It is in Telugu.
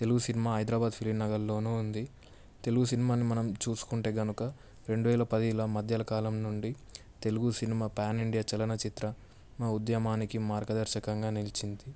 తెలుగు సినిమా హైదరాబాద్ ఫిలింనగర్లోను ఉంది తెలుగు సినిమాని మనం చూసుకుంటే కనుక రెండు వేల పడు మధ్య కాలం నుండి తెలుగు సినిమా ఫ్యాన్ ఇండియా చలనచిత్ర ఉద్యమానికి మార్గదర్శకంగా నిలిచింది